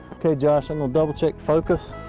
okay, josh, i'm gonna double-check focus.